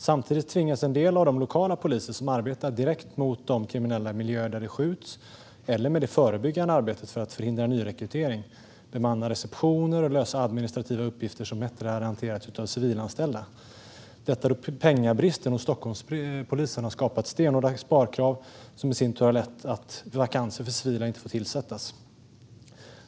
Samtidigt tvingas en del av de lokala poliser som arbetar direkt mot de kriminella miljöer där det skjuts eller med det förebyggande arbetet för att förhindra nyrekrytering bemanna receptioner och lösa administrativa uppgifter som bättre hade hanterats av civilanställda, detta eftersom pengabristen i Stockholmspolisen har skapat stenhårda sparkrav som i sin tur har lett till att vakanser för civila inte får tillsättas.